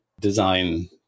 Design